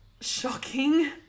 shocking